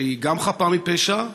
שהיא גם חפה מפשע,